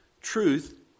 truth